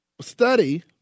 study